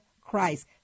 Christ